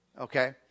Okay